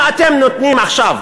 אם אתם נותנים עכשיו